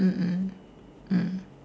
mm mm mm